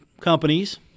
companies